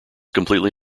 completely